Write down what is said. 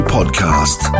Podcast